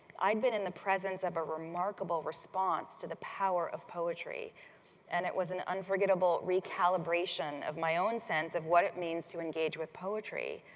i had been in the presence of a remarkable response to the power of poetry and it was an unforgettable recalibration of my own sense of what it means to engage with poetry.